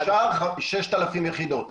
מה שמאושר זה 6,000 יחידות.